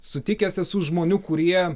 sutikęs esu žmonių kurie